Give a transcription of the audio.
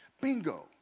Bingo